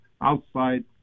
outside